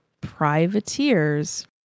privateers